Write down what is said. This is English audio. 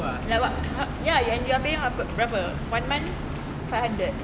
like what how ya and you're paying berapa berapa one month five hundred